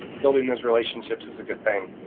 building those relationships is a good thing.